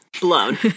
Blown